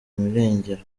irengero